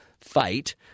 fight